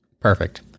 Perfect